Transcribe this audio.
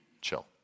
chill